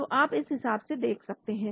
तो आप इस हिसाब से देख सकते हैं